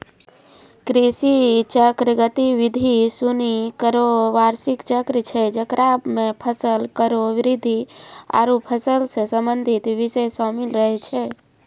कृषि चक्र गतिविधि सिनी केरो बार्षिक चक्र छै जेकरा म फसल केरो वृद्धि आरु फसल सें संबंधित बिषय शामिल रहै छै